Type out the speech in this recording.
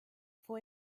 fue